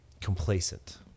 complacent